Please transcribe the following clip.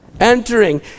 Entering